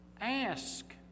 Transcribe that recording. ask